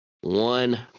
One